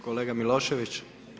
Kolega Milošević.